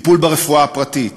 טיפול ברפואה הפרטית,